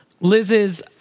Liz's